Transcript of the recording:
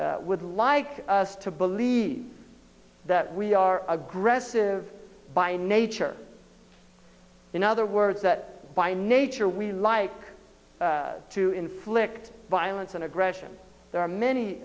would like us to believe that we are aggressive by nature in other words that by nature we like to inflict violence and aggression there are